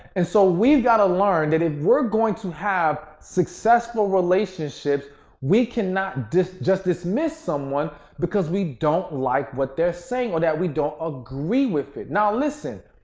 and so, we've got to learn that if we're going to have successful relationships we cannot just just dismiss someone because we don't like what they're saying or that we don't agree with it. now, listen,